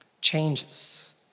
changes